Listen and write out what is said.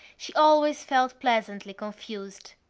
she always felt pleasantly confused.